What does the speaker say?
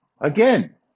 Again